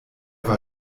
war